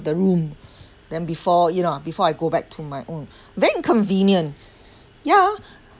the room then before you know before I go back to my own very inconvenient ya